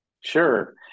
Sure